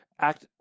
act